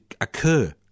Occur